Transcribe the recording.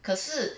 可是